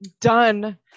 done